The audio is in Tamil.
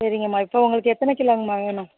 சரிங்கம்மா இப்போ உங்களுக்கு எத்தனை கிலோங்கம்மா வேணும்